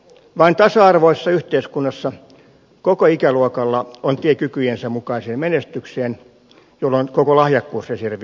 vain tasa arvoisessa yhteiskunnassa koko ikäluokalla on tie kykyjensä mukaiseen menestykseen jolloin koko lahjakkuusreservi on käytettävissä